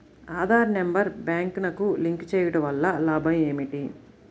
Aadhaar number బ్యాంక్నకు link చేయుటవల్ల లాభం ఏమిటి?